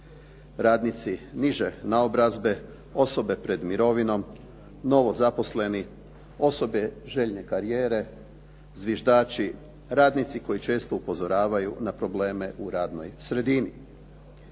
radnici niže naobrazbe, osobe pred mirovinom, novozaposleni, osobe željne karijere, zviždači, radnici koji često upozoravaju na probleme u radnoj sredini.